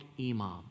imam